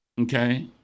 okay